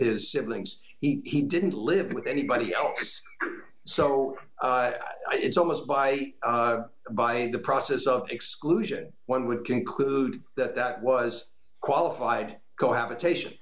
his siblings he didn't live with anybody else so it's almost by by the process of exclusion one would conclude that that was qualified go habitation